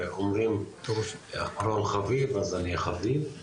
ואומרים אחרון חביב אז אני חביב.